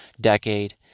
decade